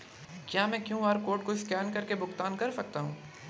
क्या मैं QR code को स्कैन करके भुगतान कर सकता हूं?